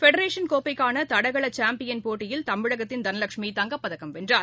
federation கோப்பக்கானதடகளசாம்பியன் போட்டியில் தமிழகத்தின் தளலஷ்மி தங்கப்பதக்கம் வென்றார்